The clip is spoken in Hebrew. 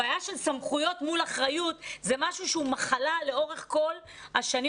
הבעיה של סמכויות מול אחריות זה משהו שהוא מחלה לאורך כל השנים,